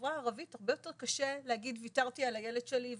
בחברה הערבית הרבה יותר קשה להגיד ויתרתי על הילד שלי,